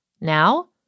Now